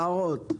הערות.